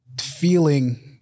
feeling